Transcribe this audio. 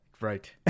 Right